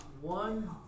One